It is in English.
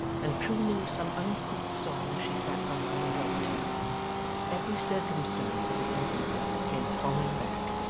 and crooning some uncouth song as she sat by and rocked him every circumstance of his infancy came thronging back,